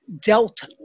Delta